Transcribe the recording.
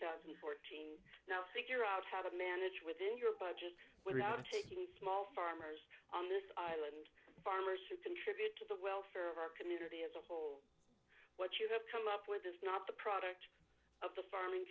thousand and fourteen figure out how to manage within your budget without taking small farmers on this island farmers to contribute to the welfare of our community as a whole what you have come up with is not the product of the farming